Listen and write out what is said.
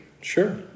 Sure